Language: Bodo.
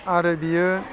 आरो बियो